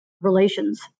relations